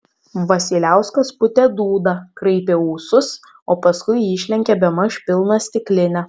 vasiliauskas pūtė dūdą kraipė ūsus o paskui išlenkė bemaž pilną stiklinę